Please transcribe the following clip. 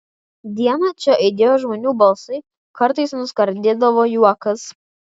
dieną čia aidėjo žmonių balsai kartais nuskardėdavo juokas